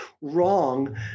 wrong